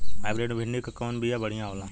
Hybrid मे भिंडी क कवन बिया बढ़ियां होला?